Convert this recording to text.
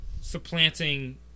supplanting